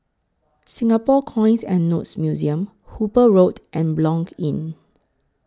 Singapore Coins and Notes Museum Hooper Road and Blanc Inn